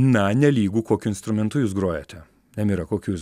na nelygu kokiu instrumentu jūs grojate nemira kokiu jūs